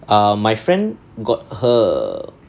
err my friend got her